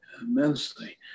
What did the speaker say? immensely